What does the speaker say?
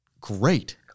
great